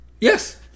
Yes